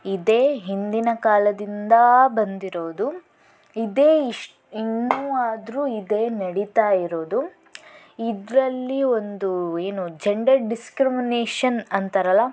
ಇದೇ ಹಿಂದಿನ ಕಾಲದಿಂದ ಬಂದಿರೋದು ಇದೆ ಇಷ್ ಇನ್ನೂ ಆದರೂ ಇದೆ ನಡೀತಾಯಿರೋದು ಇದರಲ್ಲಿ ಒಂದು ಏನು ಜೆಂಡರ್ ಡಿಸ್ಕ್ರಿಮಿನೇಷನ್ ಅಂತಾರಲ್ಲ